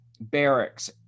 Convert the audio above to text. barracks